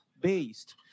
based